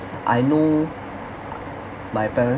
I know my parents